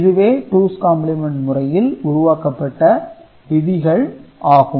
இதுவே two's complement முறையில் உருவாக்கப்பட்ட விதிகள் ஆகும்